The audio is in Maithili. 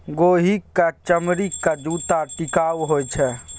गोहि क चमड़ीक जूत्ता टिकाउ होए छै